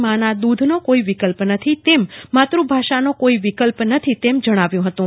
મા ના દૂધનો કોઇ વિકલ્પ નથી તેમ માત્રભાષાનો કોઇ વિકલ્પ નથી તેમ જણાવ્યું હતું